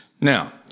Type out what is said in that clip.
now